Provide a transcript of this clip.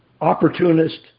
opportunist